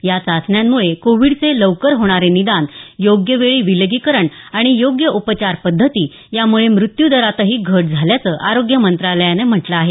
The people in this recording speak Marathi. या चाचण्यांमुळे कोविडचे लवकर होणारे निदान योग्य वेळी विलगीकरण आणि योग्य उपचार पद्धती यामुळे मृत्यूदरातही घट झाल्याचं आरोग्य मंत्रालयाने म्हटलं आहे